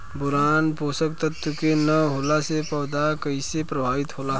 Boron पोषक तत्व के न होला से पौधा कईसे प्रभावित होला?